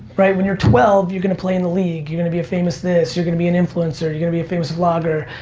when you're twelve, you're gonna play in the league, you're gonna be a famous this, you're gonna be an influencer, you're gonna be a famous vlogger,